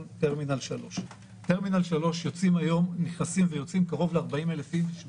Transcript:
טרמינל 3. בטרמינל 3 נכנסים ויוצאים היום קרוב ל-40,000 איש ביום.